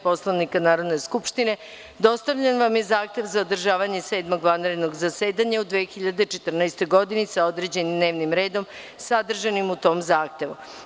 Poslovnika Narodne skupštine, dostavljen vam je zahtev za održavanje Sedmog vanrednog zasedanja u 2014. godini, sa određenim dnevnim redom sadržanim u tom zahtevu.